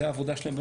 זה העבודה שלהם,